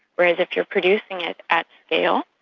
whereas if you are producing it at scale,